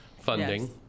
funding